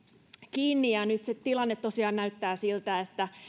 kiinni ja nyt tilanne tosiaan näyttää siltä että